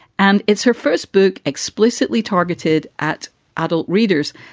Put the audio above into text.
and it's her first book explicitly targeted at adult readers.